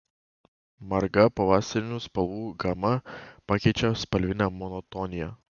margą pavasarinių spalvų gamą pakeičia spalvinė monotonija